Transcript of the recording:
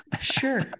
sure